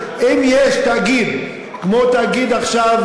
אם יש תאגיד כמו עכשיו,